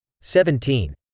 seventeen